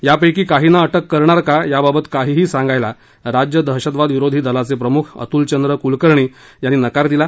यापैकी काहींना अटक करणार का याबाबत काहीही सांगायला राज्य दहशतवादविरोधी दलाचे प्रमुख अतुलचंद्र कुलकर्णी यांनी नकार दिला